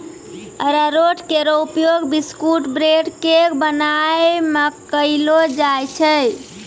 अरारोट केरो उपयोग biscuit, bread, cake बनाय म कयलो जाय छै